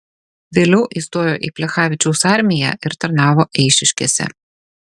vėliau įstojo į plechavičiaus armiją ir tarnavo eišiškėse